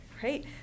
Great